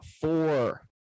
four